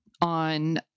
on